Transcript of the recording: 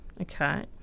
Okay